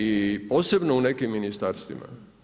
I posebno u nekim ministarstvima.